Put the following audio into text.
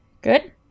good